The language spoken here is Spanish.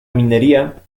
minería